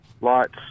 lots